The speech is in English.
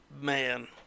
Man